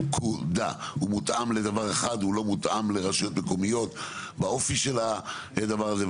הוא מותאם לדבר אחד הוא לא מותאם לרשויות מקומיות באופי שלה הדבר הזה,